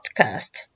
Podcast